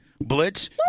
Blitz